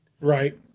Right